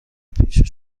پیش